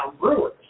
brewers